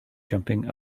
jumping